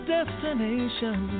destination